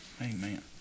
Amen